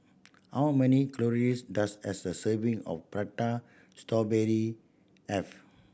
how many calories does a sir serving of Prata Strawberry have